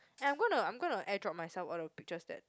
and I'm gonna I'm gonna air drop myself all the pictures that